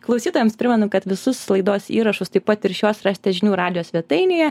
klausytojams primenu kad visus laidos įrašus taip pat ir šios rasite žinių radijo svetainėje